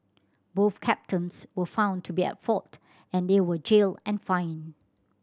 both captains were found to be at fault and they were jailed and fined